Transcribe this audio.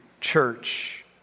church